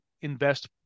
invest